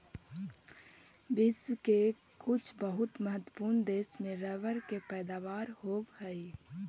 विश्व के कुछ बहुत महत्त्वपूर्ण देश में रबर के पैदावार होवऽ हइ